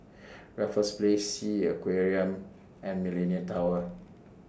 Raffles Hospital S E A Aquarium and Millenia Tower